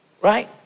right